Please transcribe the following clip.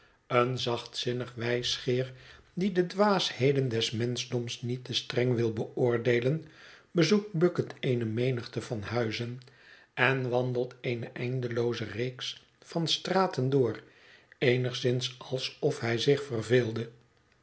een zachtzinnig wijsgeer die de dwaasheden des menschdoms niet te streng wil beoordeelen bezoekt bucket eene menigte van huizen en wandelt eene eindelooze reeks van straten door eenigszins alsof hij zich verveelde